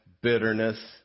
bitterness